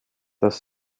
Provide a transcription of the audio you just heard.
dass